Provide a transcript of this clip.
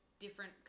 different